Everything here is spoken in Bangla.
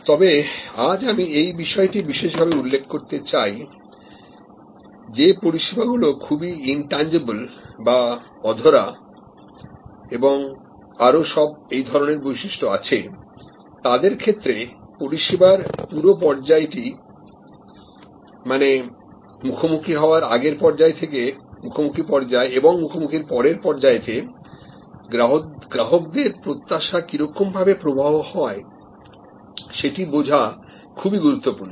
তবে আজ আমি এই বিষয়টি বিশেষভাবে উল্লেখ করতে চাই যে পরিষেবাগুলি খুবই intangible বা অধরা এবং আরো সব এই ধরনের বৈশিষ্ট আছে তাদের ক্ষেত্রে পরিষেবার পুরো পর্যায়টি মানে মুখোমুখি হওয়ার আগের পর্যায় থেকে মুখোমুখি পর্যায় এবং মুখোমুখির পরের পর্যায় তে গ্রাহকের প্রত্যাশা কিরকম ভাবে প্রবাহ হয় সেটা বোঝা খুবই গুরুত্বপূর্ণ